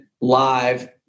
live